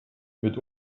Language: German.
mit